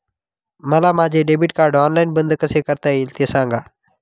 मला माझे debit card online बंद कसे करता येईल, ते सांगा